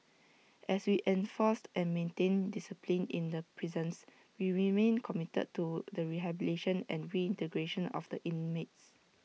as we enforced and maintained discipline in the prisons we remain committed to the rehabilitation and reintegration of the inmates